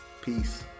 peace